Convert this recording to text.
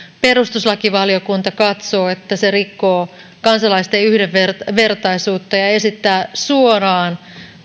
perustuslakivaliokunta katsoo että se rikkoo kansalaisten yhdenvertaisuutta ja esittää suoraan